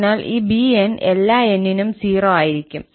അതിനാൽ ഈ 𝑏n′𝑠 എല്ലാ n നും 0 ആയിരിക്കും